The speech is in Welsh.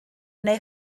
neu